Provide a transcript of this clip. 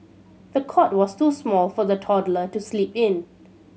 the cot was too small for the toddler to sleep in